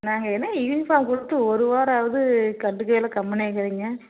நாங்கள் என்ன யூனிஃபார்ம் கொடுத்து ஒரு வாரம் ஆகுது கண்டுக்கவே இல்லை கம்முன்னே இருக்குறீங்க